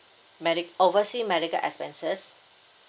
medic~ oversea medical expenses